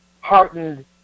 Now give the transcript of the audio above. heartened